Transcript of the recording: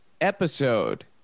episode